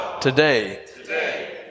today